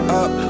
up